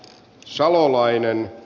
salolainen